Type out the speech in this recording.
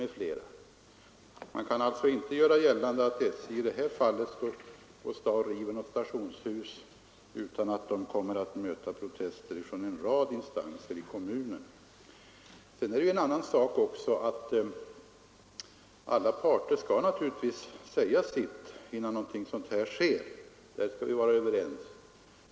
Det går alltså inte att göra gällande att SJ i det här fallet kan riva något stationshus utan att möta protester från en rad instanser i kommunen. Alla parter skall naturligtvis säga sitt innan en sådan här sak sker — där skall vi vara överens.